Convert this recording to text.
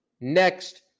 next